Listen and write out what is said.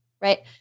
right